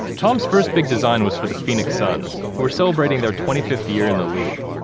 tom's first big design was for the phoenix suns, who were celebrating their twenty fifth year in the league.